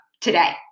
today